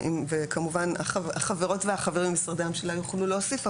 וכמובן החברות והחברים ממשרדי הממשלה יוכלו להוסיף,